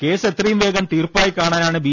case എത്രയും വേഗം തീർപ്പായി കാണാ നാണ് ബി